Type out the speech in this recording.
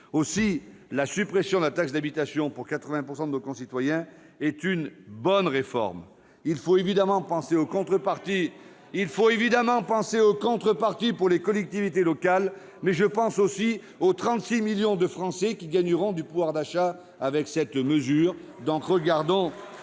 Aussi, la suppression de la taxe d'habitation pour 80 % de nos concitoyens est une bonne réforme. Pas pour les collectivités locales ! Il faut évidemment penser aux contreparties pour les collectivités locales, mais je pense aussi aux 36 millions de Français qui gagneront en pouvoir d'achat grâce à cette mesure. Notre